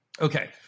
okay